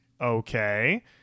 Okay